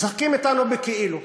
משחקים אתנו בכאילו.